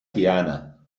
tiana